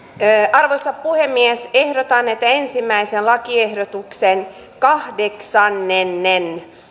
arvoisa puhemies ehdotan että ensimmäisen lakiehdotuksen kahdeksannen pykälän